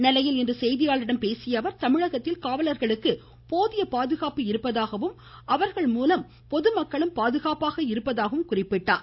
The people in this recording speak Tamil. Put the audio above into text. நெல்லையில் இன்று செய்தியாளர்களிடம் பேசிய அவர் தமிழகத்தில் காவலர்களுக்கு போதிய பாதுகாப்பு இருப்பதாகவும் அவர்கள் மூலம் பொதுமக்களும் பாதுகாப்பாக இருப்பதாகவும் கூறியுள்ளார்